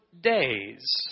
days